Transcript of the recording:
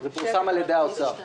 זה פורסם על ידי משרד